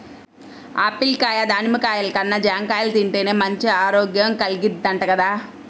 Apple కాయ, దానిమ్మ కాయల కన్నా జాంకాయలు తింటేనే మంచి ఆరోగ్యం కల్గిద్దంట గదా